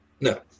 No